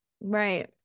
Right